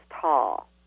tall